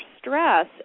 stress